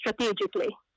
strategically